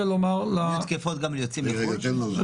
יהיו תקפות גם ליוצאים לחו"ל?